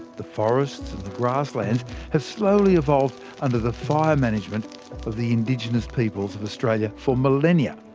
the forests and the grasslands have slowly evolved under the fire management of the indigenous peoples of australia for millennia.